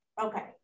okay